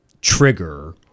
trigger